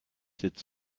sept